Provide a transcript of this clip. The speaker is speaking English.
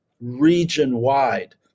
region-wide